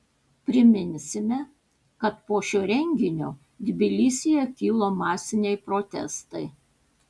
priminsime kad po šio renginio tbilisyje kilo masiniai protestai